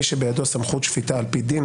מי שבידו סמכות שפיטה על פי דין,